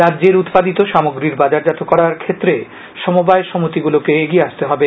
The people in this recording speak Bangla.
রাজ্যের উৎপাদিত সামগ্রীর বাজারজাত করার ক্ষেত্রে সমবায় সমিতিগুলিকে এগিয়ে আসতে হবে